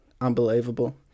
unbelievable